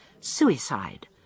suicide